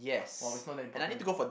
while it's not that important